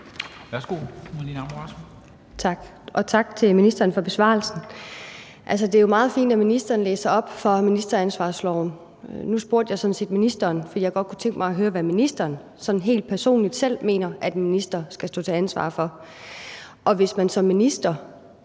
(V): Tak, og tak til ministeren for besvarelsen. Det er jo meget fint, at ministeren læser op fra ministeransvarlighedsloven. Nu spurgte jeg sådan set ministeren, fordi jeg godt kunne tænke mig at høre, hvad ministeren sådan helt personligt selv mener at en minister skal stå til ansvar for, og hvis man som minister